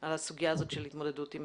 על הסוגיה של ההתמודדות עם